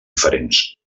diferents